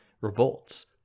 revolts